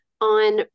on